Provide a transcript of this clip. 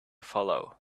follow